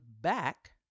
back